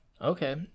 Okay